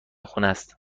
خونست